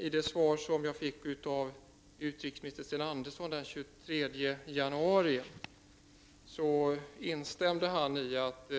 I det svar som jag fick av utrikesminister Sten Andersson den 3 januari instämde han i att